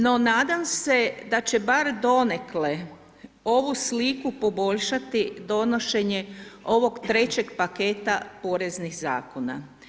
No nadam se da će bar donekle ovu sliku poboljšati donošenje ovog trećeg paketa poreznih zakona.